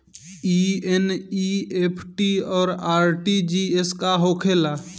ई एन.ई.एफ.टी और आर.टी.जी.एस का होखे ला?